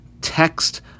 text